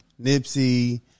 Nipsey